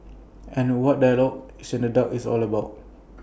and that's what dialogue in the dark is all about